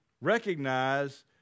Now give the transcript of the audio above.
recognize